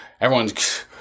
everyone's